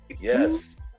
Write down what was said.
Yes